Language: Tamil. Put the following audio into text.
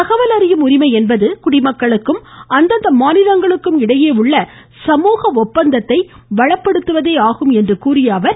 தகவல் அறியும் உரிமை என்பது குடிமக்களுக்கும் அந்தந்த மாநிலங்களுக்கும் இடையே உள்ள சமூக ஒப்பந்தத்தை வளப்படுத்துவது ஆகும் என்றார்